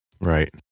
Right